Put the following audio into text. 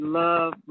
love